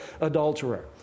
adulterer